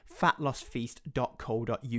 fatlossfeast.co.uk